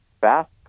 fast